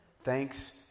Thanks